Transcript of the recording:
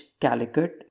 Calicut